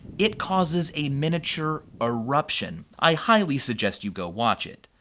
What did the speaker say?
it causes a miniature ah eruption. i highly suggest you go watch it.